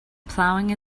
plowing